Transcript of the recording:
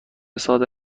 صادر